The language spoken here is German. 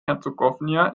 herzegowina